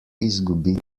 izgubi